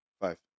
five